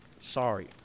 sorry